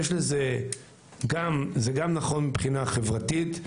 זה גם נכון מבחינה חברתית,